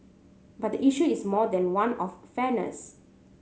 but the issue is more than one of fairness